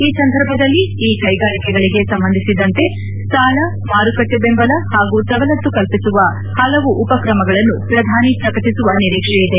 ಈ ಸಂದರ್ಭದಲ್ಲಿ ಈ ಕೈಗಾರಿಕೆಗಳಿಗೆ ಸಂಬಂಧಿಸಿದಂತೆ ಸಾಲ ಮಾರುಕಟ್ಟೆ ಬೆಂಬಲ ಹಾಗೂ ಸವಲತ್ತು ಕಲ್ಲಿಸುವ ಹಲವು ಉಪ್ರಮಗಳನ್ನು ಪ್ರಧಾನಿ ಪ್ರಕಟಿಸುವ ನಿರೀಕ್ಷೆಯಿದೆ